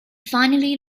finally